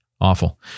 Awful